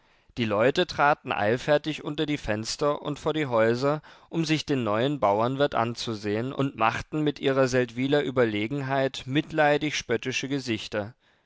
die leute traten eilfertig unter die fenster und vor die häuser um sich den neuen bauernwirt anzusehen und machten mit ihrer seldwyler überlegenheit mitleidig spöttische gesichter